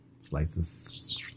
slices